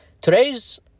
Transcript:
today's